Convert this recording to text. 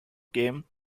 came